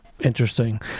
Interesting